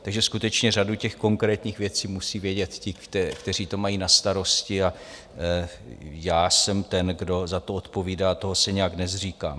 Takže skutečně řadu těch konkrétních věcí musí vědět ti, kteří to mají na starosti, a já jsem ten, kdo za to odpovídá, toho se nějak nezříkám.